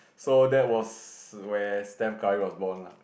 so that was where Stephen-Curry was born lah